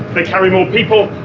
they carry more people,